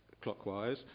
clockwise